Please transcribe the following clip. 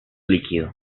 líquido